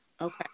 okay